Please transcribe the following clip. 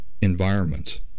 environments